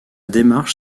démarche